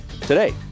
today